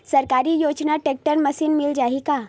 सरकारी योजना tractor machine मिल जाही का?